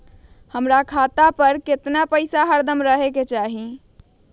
हमरा खाता पर केतना पैसा हरदम रहे के चाहि?